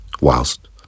whilst